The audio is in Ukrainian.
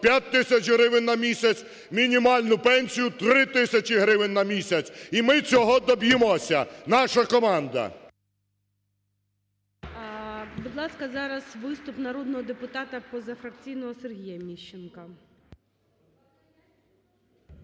5 тисяч гривень на місяць, мінімальну пенсію – 3 тисячі гривень на місяць. І ми цього доб'ємося, наша команда! ГОЛОВУЮЧИЙ. Будь ласка, зараз виступ народного депутата, позафракційного, Сергія Міщенка.